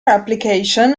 application